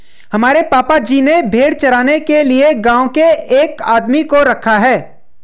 हमारे पापा जी ने भेड़ चराने के लिए गांव के एक आदमी को रखा है